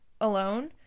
alone